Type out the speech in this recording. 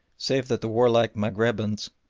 save that the warlike maghrabins,